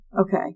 Okay